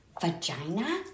vagina